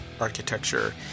Architecture